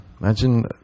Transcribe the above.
imagine